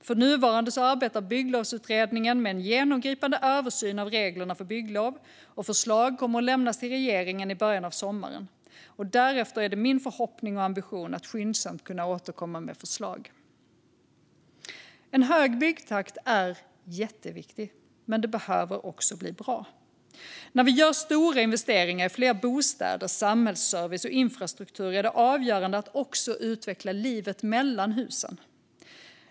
För närvarande arbetar Bygglovsutredningen med en genomgripande översyn av reglerna för bygglov, och förslag kommer att lämnas till regeringen i början av sommaren. Därefter är det min förhoppning och ambition att vi skyndsamt ska kunna återkomma med förslag. En hög byggtakt är jätteviktig, men det behöver också bli bra. När vi gör stora investeringar i fler bostäder, samhällsservice och infrastruktur är det avgörande att också utveckla livet mellan husen.